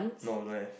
no don't have